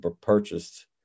purchased